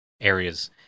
areas